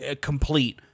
complete